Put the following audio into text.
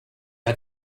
hat